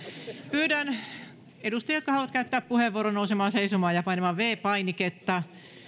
pyydän edustajia jotka haluavat käyttää puheenvuoron nousemaan seisomaan ja painamaan viides painiketta